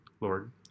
lord